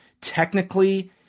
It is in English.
technically